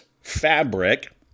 fabric